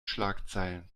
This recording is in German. schlagzeilen